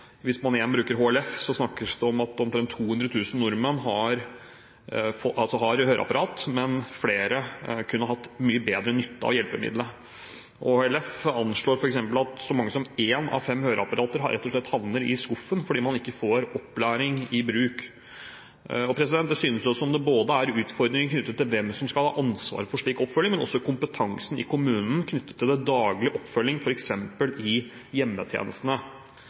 hvis man igjen bruker HLF som kilde, snakkes det om at omtrent 200 000 nordmenn har høreapparat, men at flere kunne hatt mye bedre nytte av hjelpemiddelet. HLF anslår f.eks. at så mange som én av fem høreapparater rett og slett havner i skuffen fordi man ikke får opplæring i bruk. Og det synes jo som det er utfordringer knyttet til både hvem som skal ha ansvaret for en slik oppfølging, og til kompetansen i kommunen knyttet til den daglige oppfølgingen, f.eks. i hjemmetjenestene.